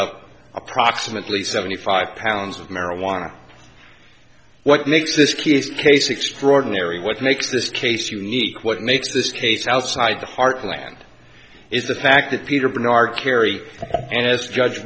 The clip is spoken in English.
up approximately seventy five pounds of marijuana what makes this case case extraordinary what makes this case unique what makes this case outside the heartland is the fact that peter bernard carey and as judge